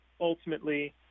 ultimately